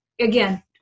again